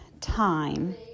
time